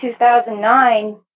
2009